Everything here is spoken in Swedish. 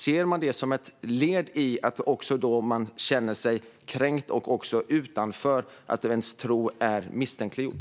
Ser man det som ett led i att människor känner sig kränkta och utanför och känner att deras tro är misstänkliggjord?